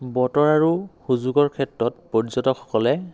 বতৰ আৰু সুযোগৰ ক্ষেত্ৰত পৰ্যটকসকলে